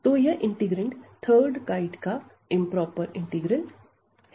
तो यह integrand third kind का इंप्रोपर इंटीग्रल है